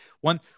one